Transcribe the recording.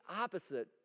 opposite